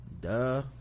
duh